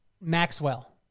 Maxwell